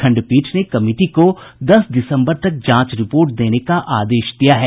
खंडपीठ ने कमिटी को दस दिसम्बर तक जांच रिपोर्ट देने का आदेश दिया है